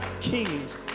kings